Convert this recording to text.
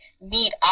need